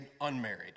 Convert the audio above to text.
unmarried